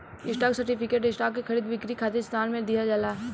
stock certificate, stock के खरीद बिक्री खातिर इस्तेमाल में लिहल जाला